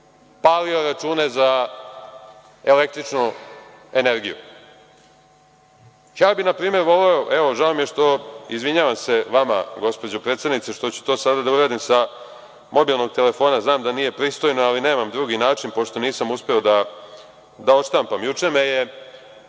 palio račune za električnu energiju. Ja bih na primer voleo, žao mi je što, izvinjavam se vama, gospođo predsednice, ću to sada da uradim sa mobilnog telefona, znam da nije pristojno, ali nemam drugi način pošto nisam uspeo da odštampam. Juče me je